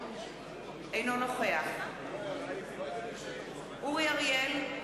אינו נוכח אורי אריאל,